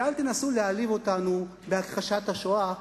ואל תנסו להעליב אותנו בהכחשת השואה,